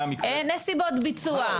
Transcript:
אין נסיבות ביצוע.